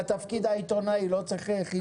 שהתפקיד עיתונאי לא צריך חיזוקים.